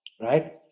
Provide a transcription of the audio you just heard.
right